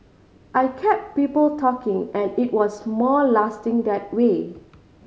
I kept people talking and it was more lasting that way